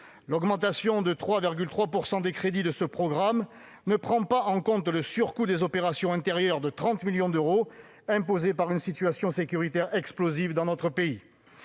l'augmentation de 3,3 % des crédits du programme 178 ne prend pas en compte le surcoût des opérations intérieures de 30 millions d'euros, résultat d'une situation sécuritaire explosive dans notre pays.